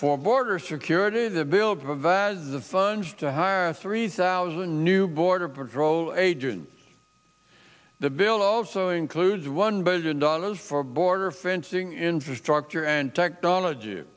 for border security the build vaz the funds to hire three thousand new border patrol agents the bill also includes one billion dollars for border fencing infrastructure and technology